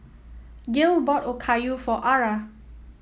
Gil bought Okayu for Ara